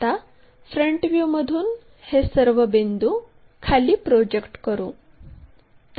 आता फ्रंट व्ह्यूमधून हे सर्व बिंदू खाली प्रोजेक्ट करू